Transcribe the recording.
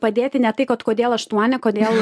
padėti ne tai kad kodėl aštuoni kodėl